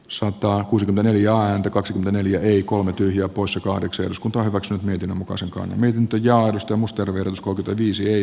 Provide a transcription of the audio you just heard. soitto on kuusikymmentä ja häntä kaksi neljä eli kolme tyyli on poissa kahdeksan eduskunta hyväksyi hytin osakkaana minkä johdosta muster viruskohde viisi ei